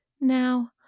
Now